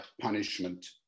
punishment